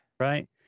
right